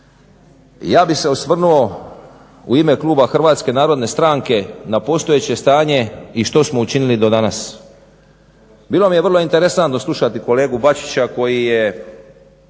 Ja bih se osvrnuo u ime kluba HNS-a na postojeće stanje i što smo učinili do danas. Bilo mi je vrlo interesantno slušati kolegu Bačića koji je